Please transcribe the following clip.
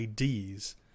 IDs